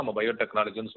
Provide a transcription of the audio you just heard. biotechnology